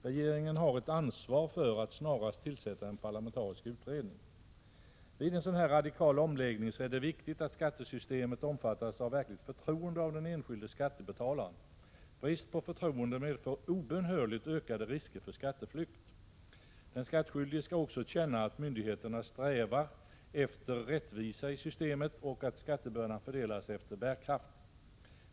Regeringen har ett ansvar för att snarast tillsätta en parlamentarisk utredning. Vid en sådan radikal omläggning är det viktigt att skattesystemet omfattas av verkligt förtroende av den enskilde skattebetalaren. Brist på förtroende 31 medför obönhörligt ökade risker för skatteflykt. Den skattskyldige skall också känna att myndigheterna strävar efter rättvisa i systemet och att skattebördan fördelas efter bärkraft.